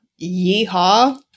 Yeehaw